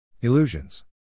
Illusions